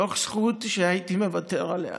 מתוך זכות שהייתי מוותר עליה.